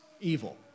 evil